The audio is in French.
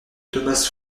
thomas